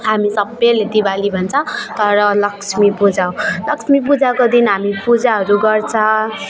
हामी सबैले दिवाली भन्छ तर लक्ष्मी पूजा लक्ष्मी पूजाको दिन हामी पूजाहरू गर्छ